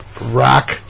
rock